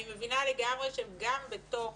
אני מבינה לגמרי שגם בתוך